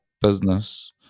business